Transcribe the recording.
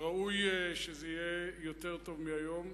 ראוי שזה יהיה יותר טוב מאשר היום.